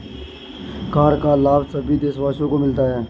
कर का लाभ सभी देशवासियों को मिलता है